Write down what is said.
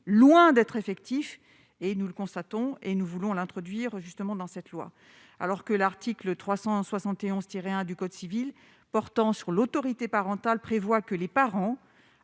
loin d'être effectif et nous le constatons et nous voulons l'introduire justement dans cette loi, alors que l'article 371 tirer 1 du Code civil portant sur l'autorité parentale, prévoit que les parents